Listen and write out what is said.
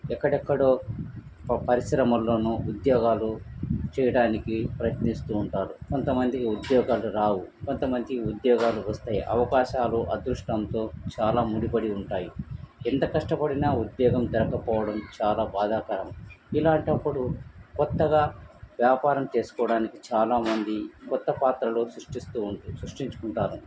ఎక్కడ ఎక్కడో ప పరిశ్రమల్లోనో ఉద్యోగాలు చేయడానికి ప్రయత్నిస్తూ ఉంటారు కొంతమందికి ఉద్యోగాలు రావు కొంతమందికి ఉద్యోగాలు వస్తాయి అవకాశాలు అదృష్టంతో చాలా ముడిపడి ఉంటాయి ఎంత కష్టపడినా ఉద్యోగం దొరకపోవడం చాలా బాధాకరం ఇలాంటప్పుడు కొత్తగా వ్యాపారం చేసుకోవడానికి చాలామంది కొత్త పాత్రలో సృష్టిస్తూ సృష్టించుకుంటారు